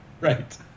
Right